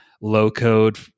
low-code